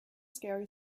scary